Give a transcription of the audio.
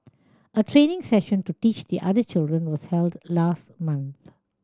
a training session to teach the other children was held last month